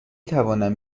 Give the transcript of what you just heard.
توانم